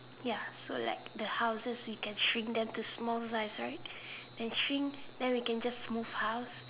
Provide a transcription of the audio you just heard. ya so like the houses we can shrink them to small size right then shrink and we can just move house